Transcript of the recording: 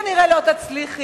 כנראה לא תצליחי